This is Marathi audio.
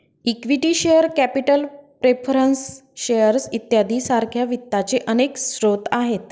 equity share capital preference shares इत्यादी सारख्या वित्ताचे अनेक स्रोत आहेत